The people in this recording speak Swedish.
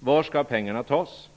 Var skall pengarna tas?